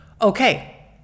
Okay